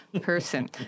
person